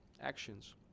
actions